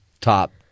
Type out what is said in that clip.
top